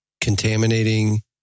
contaminating